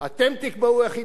אתם תקבעו מי זו הרשות,